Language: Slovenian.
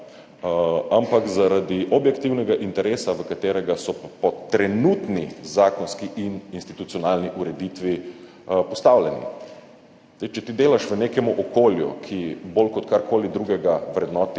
ampak zaradi objektivnega interesa, v katerega so po trenutni zakonski in institucionalni ureditvi postavljeni. Če ti delaš v nekem okolju, ki bolj kot karkoli drugega vrednoti